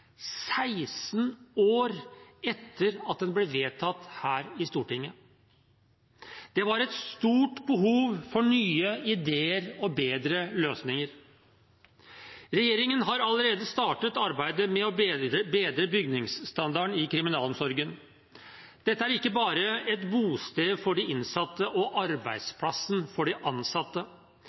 16 år etter at den ble vedtatt her i Stortinget. Det var et stort behov for nye ideer og bedre løsninger. Regjeringen har allerede startet arbeidet med å bedre bygningsstandarden i kriminalomsorgen. Dette er ikke bare et bosted for de innsatte og arbeidsplassen for de ansatte.